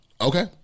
Okay